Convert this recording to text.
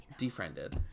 Defriended